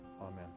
Amen